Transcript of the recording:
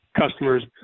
customers